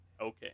Okay